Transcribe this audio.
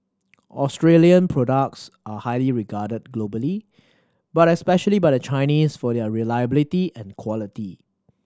Australian products are highly regarded globally but especially by the Chinese for their reliability and quality